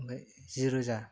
ओमफ्राय जिरोजा